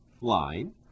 line